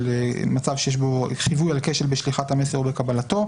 של מצב שיש בו חיווי על כשל בשליחת המסר או בקבלתו.